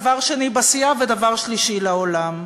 דבר שני בסיעה ודבר שלישי לעולם.